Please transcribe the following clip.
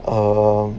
um